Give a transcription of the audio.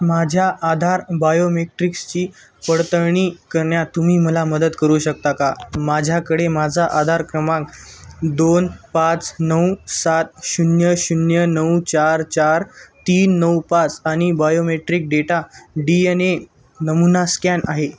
माझ्या आधार बायोमेट्रिक्सची पडताळणी करण्यात तुम्ही मला मदत करू शकता का माझ्याकडे माझा आधार क्रमांक दोन पाच नऊ सात शून्य शून्य नऊ चार चार तीन नऊ पाच आणि biometric data D N A नमुना स्कॅन आहे